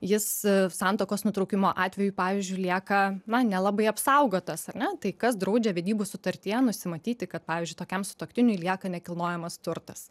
jis santuokos nutraukimo atveju pavyzdžiui lieka na nelabai apsaugotas ar ne tai kas draudžia vedybų sutartyje nusimatyti kad pavyzdžiui tokiam sutuoktiniui lieka nekilnojamas turtas